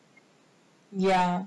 ya